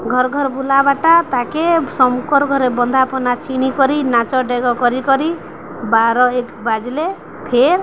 ଘର ଘର ବୁଲା ବାଟା ତାକେ ଶଙ୍କର ଘରେ ବନ୍ଦାପନା ଛିଣି କରି ନାଚ ଡେଗ କରି କରି ବାର ଏକ ବାଜିଲେ ଫେର